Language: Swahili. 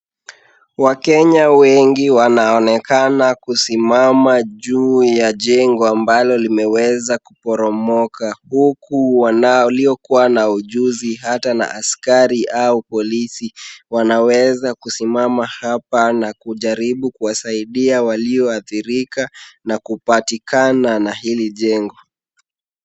Wakenya wengi wanaonekana kusimama juu ya jengo ambalo limeweza kuporomoka huku waliokua na ujuzi hata na askari au polisi wanaweza kusimama hapa na kujaribu kuwasaidia walioathirika na kupatikana na hili jengo.